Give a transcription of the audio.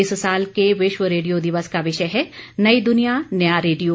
इस साल के विश्व रेडियो दिवस का विषय है नई दुनिया नया रेडियो